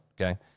Okay